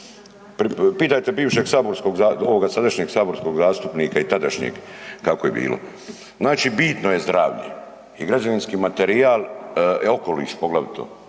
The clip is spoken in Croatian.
Pitajte bivšeg saborskog ovoga sadašnjeg saborskog zastupnika i tadašnjeg kako je bilo. Znači bitno je zdravlje i građevinski materijal, okoliš poglavito,